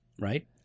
Right